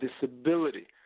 disability